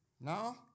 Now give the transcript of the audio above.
Now